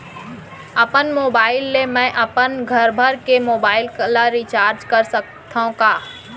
अपन मोबाइल ले मैं अपन घरभर के मोबाइल ला रिचार्ज कर सकत हव का?